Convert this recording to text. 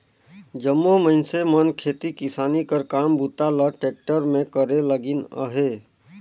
जम्मो मइनसे मन खेती किसानी कर काम बूता ल टेक्टर मे करे लगिन अहे